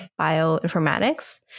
bioinformatics